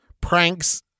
pranks